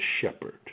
shepherd